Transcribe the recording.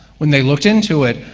when they looked into it,